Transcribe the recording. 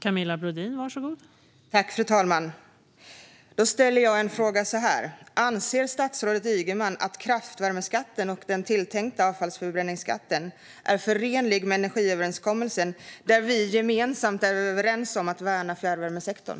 Fru talman! Då ställer jag frågan så här: Anser statsrådet Ygeman att kraftvärmeskatten och den tilltänkta avfallsförbränningsskatten är förenliga med energiöverenskommelsen, där vi gemensamt är överens om att värna fjärrvärmesektorn?